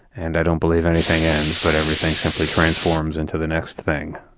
and i don't believe anything ends, but everything simply transforms into the next thing.